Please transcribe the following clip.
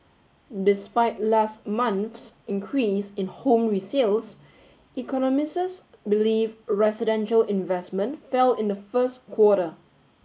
despite last month's increase in home resales believe residential investment fell in the first quarter